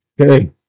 Okay